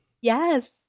Yes